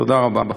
תודה רבה.